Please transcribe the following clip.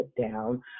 down